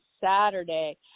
Saturday